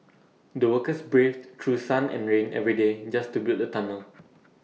the workers braved through sun and rain every day just to build the tunnel